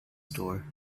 store